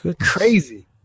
Crazy